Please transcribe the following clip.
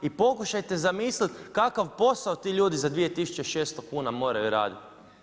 I pokušajte zamisliti kakav posao ti ljudi za 2600 kn moraju raditi.